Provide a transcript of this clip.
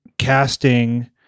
Casting